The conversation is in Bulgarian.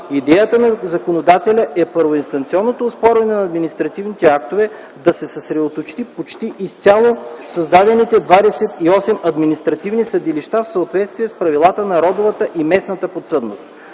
Идеята на законодателя е първоинстанционното оспорване на административните актове да се съсредоточи почти изцяло в създадените 28 административни съдилища в съответствие с правилата на родовата и местната подсъдност.